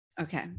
Okay